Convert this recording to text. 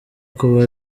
kuba